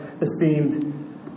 esteemed